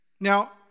Now